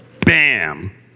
Bam